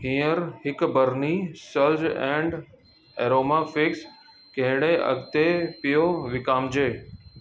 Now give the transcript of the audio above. हींअर हिकु बरनी सल्ज एंड एरोमा फिग्स कहिड़े अघ ते पियो विकामिजे